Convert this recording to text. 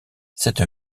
cette